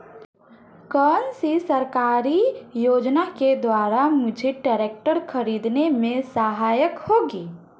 कौनसी सरकारी सहायता योजना के द्वारा मुझे ट्रैक्टर खरीदने में सहायक होगी?